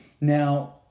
Now